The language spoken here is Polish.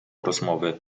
rozmowy